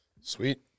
Sweet